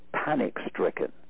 panic-stricken